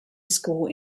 school